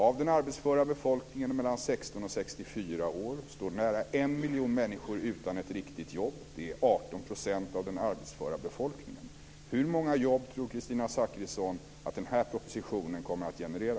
Av den arbetsföra befolkningen mellan 16 och 64 år står nära en miljon människor utan ett riktigt jobb. Det är 18 % av den arbetsföra befolkningen. Hur många jobb tror Kristina Zakrisson att den här propositionen kommer att generera?